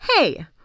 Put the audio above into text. Hey